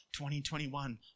2021